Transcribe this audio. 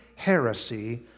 heresy